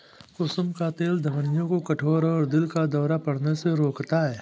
कुसुम का तेल धमनियों को कठोर और दिल का दौरा पड़ने से रोकता है